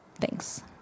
thanks